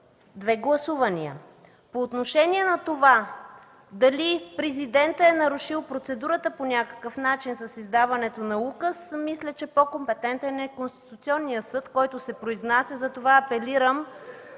две гласувания. По отношение на това дали президентът е нарушил процедурата по някакъв начин с издаването на указ, мисля, че по-компетентен е Конституционният съд, който се произнася. Затова апелирам